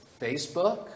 Facebook